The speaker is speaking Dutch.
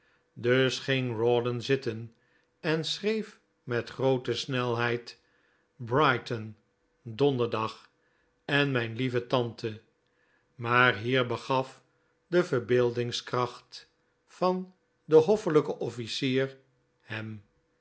dus ging rawdon zitten en schreef met groote snelheid brighton donderdag en mijn lieve tante maar hier begaf de verbeeldingskracht van den hoffelijken officier hem